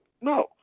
No